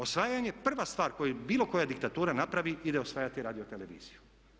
Osvajanje, prva stvar koju bilo koja diktatura napravi ide osvajati radioteleviziju.